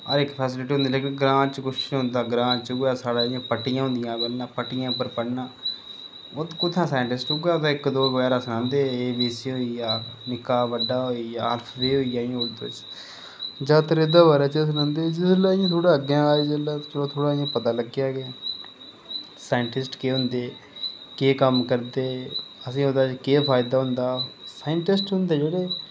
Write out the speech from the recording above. हर इक फैसलिटी होंदी लेकिन ग्रांऽ च किश नी होंदा ऐ ग्रांऽ च साढ़ै उऐ पट्टियां होंदियां हां पैह्लैं पट्टियैं उप्पर पढ़नां उत्त कुत्थें साईटिंसट उत्थें उऐ इक दो सनांदे हे ए बी सी होइया निक्का बड्डा होई गेआ अल्फ बे होई गेआ उर्दू च जादातर इस दे बारे च सनांदे हे थोह्ड़ा अग्गैं आए जिसलै ते थोह्ड़ा थोह्ड़ा इयां पता लग्गेआ के साईटीस्ट केह् होंदे ते कम्म करदे असेंगी ओह्दे च केह् पायदा होंदा साईंटिस्ट होंदे जेह्ड़े